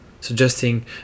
suggesting